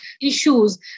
issues